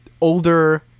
older